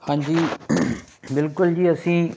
ਹਾਂਜੀ ਬਿਲਕੁਲ ਜੀ ਅਸੀਂ